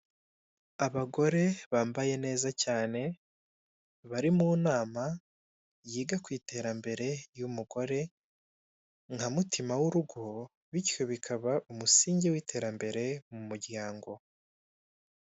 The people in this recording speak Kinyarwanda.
Abagore bambaye neza cyane bari munama yiga kwiterambere ry'umugore nka mutima w'urugo bityo bikaba umusingi w'iterambere m'umuryango.